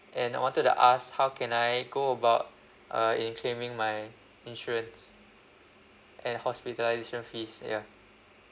and I wanted to ask how can I go about uh in claiming my insurance and hospitalisation fees ya